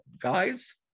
guy's